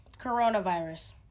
Coronavirus